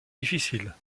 difficile